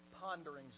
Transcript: ponderings